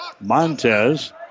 Montez